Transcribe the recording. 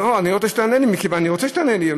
אני רוצה שתענה לי.